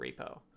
repo